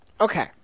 okay